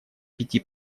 пяти